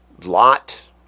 Lot